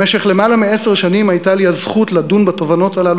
במשך למעלה מעשר שנים הייתה לי הזכות לדון בתובנות הללו